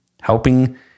helping